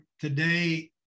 Today